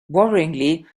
worryingly